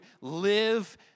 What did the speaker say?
live